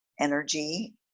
energy